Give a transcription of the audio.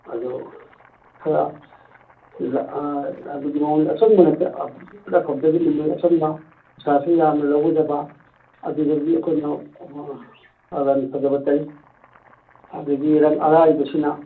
ꯑꯗꯨ ꯈꯔ ꯑꯗꯨꯒꯤ ꯃꯑꯣꯡꯗ ꯑꯆꯪꯕ ꯑꯗꯨꯗꯤ ꯑꯐꯕꯗꯗꯤ ꯑꯆꯪꯕ ꯄꯩꯁꯥꯖꯨ ꯌꯥꯝꯅ ꯂꯧꯔꯣꯏꯗꯕ ꯑꯗꯨꯗꯒꯤ ꯑꯩꯈꯣꯏꯅ ꯔꯪ ꯐꯖꯕ ꯇꯩ ꯑꯗꯒꯤ ꯔꯪ ꯑꯔꯥꯏꯕꯁꯤꯅ